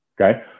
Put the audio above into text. okay